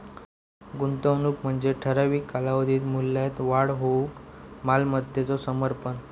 गुंतवणूक म्हणजे ठराविक कालावधीत मूल्यात वाढ होऊक मालमत्तेचो समर्पण